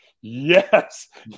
Yes